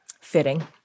Fitting